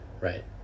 right